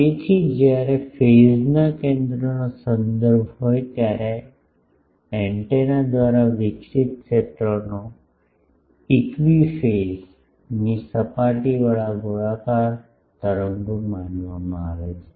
તેથી જ્યારે ફેઝ ના કેન્દ્રનો સંદર્ભ હોય ત્યારે એન્ટેના દ્વારા વિકસિત ક્ષેત્રોને ઇક્વિ ફેઝની સપાટીવાળા ગોળાકાર તરંગો માનવામાં આવે છે